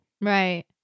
Right